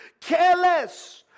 careless